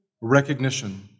recognition